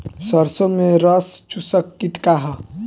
सरसो में रस चुसक किट का ह?